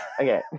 Okay